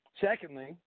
Secondly